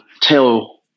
tell